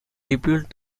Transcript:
rebuilt